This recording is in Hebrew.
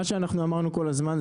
מה שאנחנו אמרנו כל הזמן,